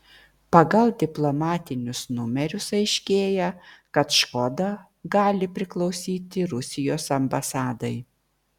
pagal diplomatinius numerius aiškėja kad škoda gali priklausyti rusijos ambasadai